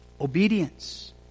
obedience